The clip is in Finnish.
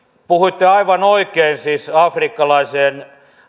puhuitte aivan oikein siis liittyen afrikkalaiseen